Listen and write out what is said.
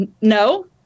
no